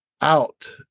out